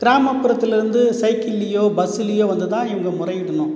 கிராமப்புறத்துலேருந்து சைக்கிள்லேயோ பஸ்ஸுலேயோ வந்துதான் இவங்க முறையிடணும்